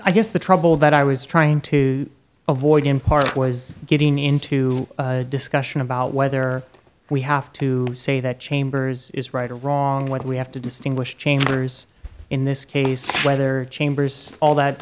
i guess the trouble that i was trying to avoid in part was getting into a discussion about whether we have to say that chamber's is right or wrong what we have to distinguish chambers in this case whether chambers all that